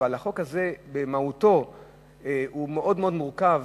אבל החוק הזה במהותו הוא מאוד מאוד מורכב.